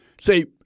Say